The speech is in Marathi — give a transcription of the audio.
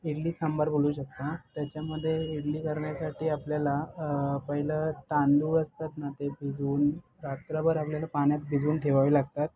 इडली सांबार बोलू शकता त्याच्यामध्ये इडली करण्यासाठी आपल्याला पहिलं तांदूळ असतात ना ते भिजवून रात्रभर आपल्याला पाण्यात भिजवून ठेवावे लागतात